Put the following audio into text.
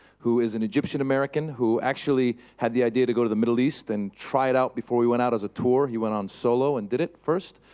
who is an egyptian-american, who actually had the idea to go to the middle east and try it out before we went out as a tour. he went out solo and did it first.